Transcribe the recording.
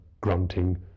grunting